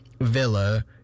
villa